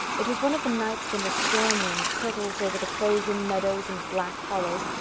it was one of the nights when the storm-wind hurtles over the frozen meadows and black hollows,